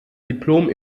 diplom